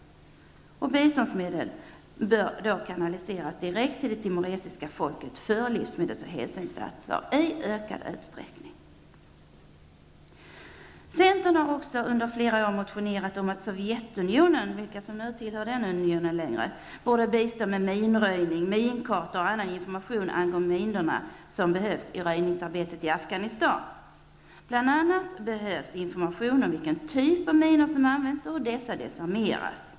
Biståndsmedel bör i ökad utsträckning kanaliseras direkt till det timoresiska folket för livsmedels och hälsoinsatser. Centern har under flera år motionerat om att Sovjetunionen -- det är osäkert vilka länder som nu tillhör den unionen -- borde bistå med minröjning, minkartor och annan information angående minorna. Det behövs i röjningsarbetet i Afghanistan. Bl.a. behövs information om vilken typ av minor som använts och hur dessa desarmeras.